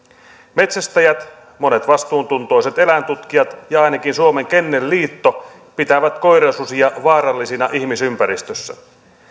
metsästäjät monet vastuuntuntoiset eläintutkijat ja ainakin suomen kennelliitto pitävät koirasusia vaarallisina ihmisympäristössä